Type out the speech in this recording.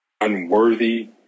unworthy